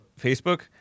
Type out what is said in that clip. Facebook